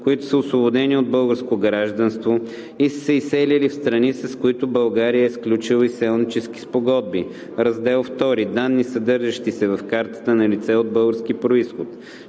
които са освободени от българско гражданство и са се изселили в страни, с които България е сключила изселнически спогодби. Раздел II Данни, съдържащи се в картата на лице от български произход